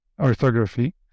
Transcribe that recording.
orthography